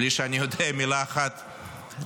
בלי שאני יודע מילה אחת בעברית,